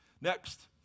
Next